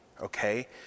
Okay